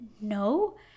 no